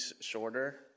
shorter